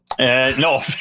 No